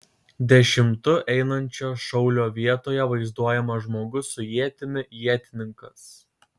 dešimtu einančio šaulio vietoje vaizduojamas žmogus su ietimi ietininkas